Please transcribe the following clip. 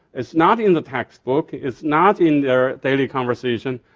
it's not in the textbook, it's not in their daily conversation.